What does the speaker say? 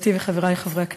חברתי וחברי חברי הכנסת,